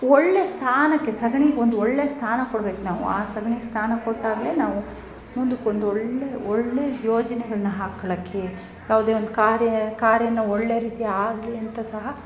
ಒಳ್ಳೇ ಸ್ಥಾನಕ್ಕೆ ಸಗಣಿ ಒಂದು ಒಳ್ಳೆ ಸ್ಥಾನ ಕೊಡ್ಬೇಕು ನಾವು ಆ ಸಗಣಿ ಸ್ಥಾನ ಕೊಟ್ಟಾಗಲೆ ನಾವು ಮುಂದಕ್ಕೆ ಒಂದು ಒಳ್ಳೇ ಒಳ್ಳೇ ಯೋಜನೆಗಳನ್ನ ಹಾಕೋಳಕ್ಕೆ ಯಾವುದೇ ಒಂದು ಕಾರ್ಯ ಕಾರ್ಯನ ಒಳ್ಳೆ ರೀತಿ ಆಗಲಿ ಅಂತ ಸಹ